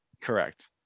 Correct